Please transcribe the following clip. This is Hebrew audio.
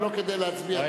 ולא כדי להצביע,